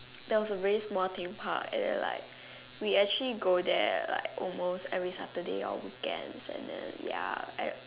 there was a very small theme park and the like we actually go there like almost every Saturday or weekends and then ya I